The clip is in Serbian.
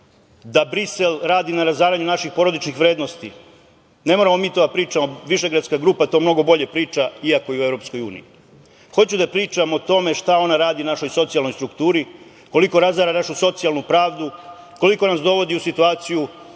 da Brisel radi na razaranju naših porodičnih vrednosti. Ne moramo mi to da pričamo, Višegradska grupa to mnogo bolje priča, iako je u EU.Hoću da pričam o tome šta ona radi našoj socijalnoj strukturi, koliko razara našu socijalnu pravdu, koliko nas dovodi u situaciju